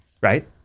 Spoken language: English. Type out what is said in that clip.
Right